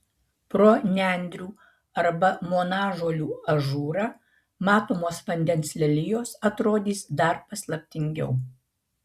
pro nendrių arba monažolių ažūrą matomos vandens lelijos atrodys dar paslaptingiau